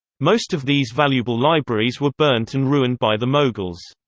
most of these valuable libraries were burnt and ruined by the mughals.